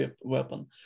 weapon